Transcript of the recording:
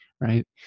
right